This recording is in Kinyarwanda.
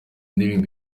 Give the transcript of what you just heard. ndirimbo